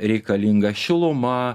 reikalinga šiluma